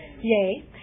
Yay